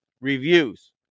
reviews